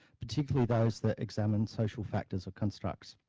particularly those that examine social factors or constructs,